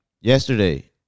yesterday